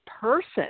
person